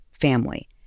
family